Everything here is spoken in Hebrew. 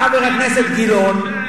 אתה, חבר הכנסת גילאון,